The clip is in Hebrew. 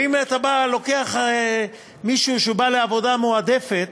ואם אתה לוקח מישהו שבא לעבודה מועדפת